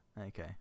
Okay